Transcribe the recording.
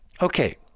Okay